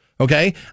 okay